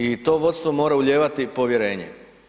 I to vodstvo mora uljevati povjerenje.